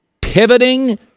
pivoting